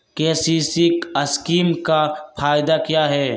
KCC scheme का फायदा क्या है?